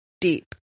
deep